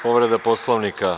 Povreda Poslovnika.